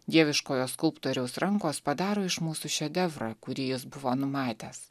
dieviškojo skulptoriaus rankos padaro iš mūsų šedevrą kurį jis buvo numatęs